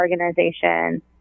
organization